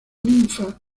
ninfa